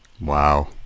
Wow